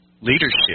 leadership